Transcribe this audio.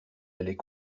allait